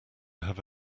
have